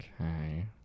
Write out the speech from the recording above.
Okay